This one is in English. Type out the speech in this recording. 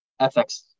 FX